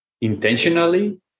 intentionally